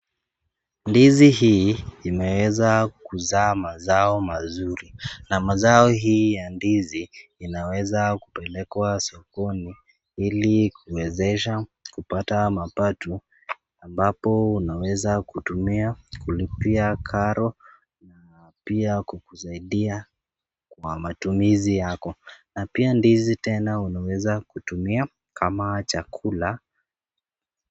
Ndizi hii imeweza kuzaa mazao mazuri na mazao hii ya ndizi inaweza kupelekwa sokoni ilikuwezesha kupata mapato ambapo unaweza kutumia kulipia karo, pia kukusaidia kwa matumizi yako, na pia ndizi tena unaweza kutumia kama chakula.